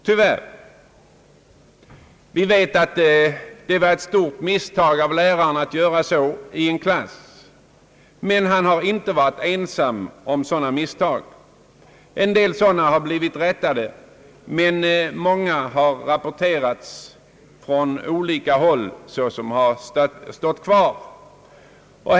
Tyvärr är det så.» Vi vet att det var ett stort misstag av läraren att göra så, men han har inte varit ensam om sådana misstag. En del sådana har blivit rättade, men många har rapporterats från olika håll som kvarstående.